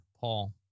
Paul